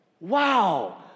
Wow